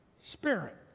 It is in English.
spirit